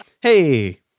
Hey